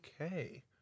okay